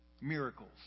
miracles